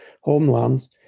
homelands